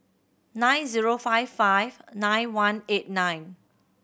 nine zero five five nine one eight nine